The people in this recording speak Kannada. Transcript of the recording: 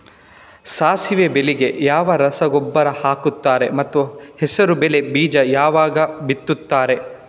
ಸಾಸಿವೆ ಬೆಳೆಗೆ ಯಾವ ರಸಗೊಬ್ಬರ ಹಾಕ್ತಾರೆ ಮತ್ತು ಹೆಸರುಬೇಳೆ ಬೀಜ ಯಾವಾಗ ಬಿತ್ತುತ್ತಾರೆ?